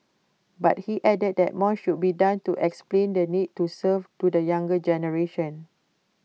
but he added that more should be done to explain the need to serve to the younger generation